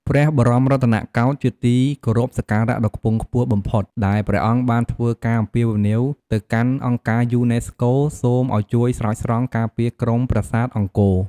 ព្រះបរមរតនកោដ្ឋ ជាទីគោរពសក្ការៈដ៏ខ្ពង់ខ្ពស់បំផុត ដែលព្រះអង្គ បានធ្វើការអំពាវនាវទៅកាន់អង្គការយូណេស្កូ សូមឱ្យជួយស្រោចស្រង់ ការពារក្រុមប្រាសាទអង្គរ។